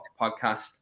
podcast